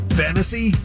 fantasy